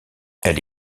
elle